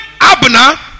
Abner